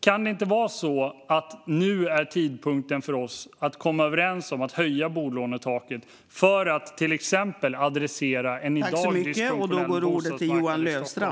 Kan det inte vara så att tidpunkten är inne för oss att komma överens om att höja bolånetaket för att till exempel adressera en i dag dysfunktionell bostadsmarknad i Stockholm?